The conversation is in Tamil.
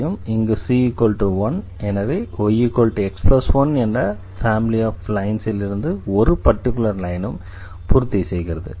இங்கு c1 எனவே yx1 என ஃபேமிலி ஆஃப் லைன்ஸ்ல் இருந்து ஒரு பர்டிகுலர் லைனும் பூர்த்தி செய்கிறது